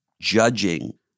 judging